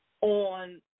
on